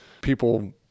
people